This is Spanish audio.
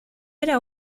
era